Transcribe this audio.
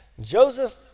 Joseph